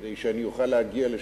כדי שאוכל להגיע לשם.